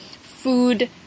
food